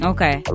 Okay